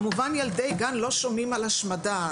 כמובן ילדי גן לא שומעים על השמדה.